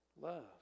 love